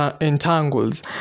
entangles